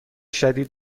شدید